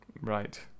Right